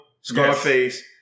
Scarface